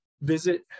visit